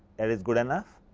that is good enough.